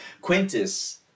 Quintus